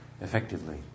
effectively